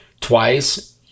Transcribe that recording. twice